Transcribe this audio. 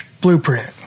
blueprint